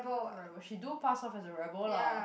rebel she do pass on as a rebel lah